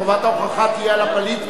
בוויכוח אנחנו מבחינים בין פליטים,